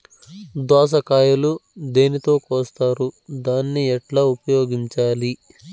దోస కాయలు దేనితో కోస్తారు దాన్ని ఎట్లా ఉపయోగించాలి?